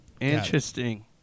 Interesting